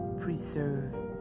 preserve